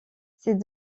ces